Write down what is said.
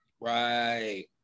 Right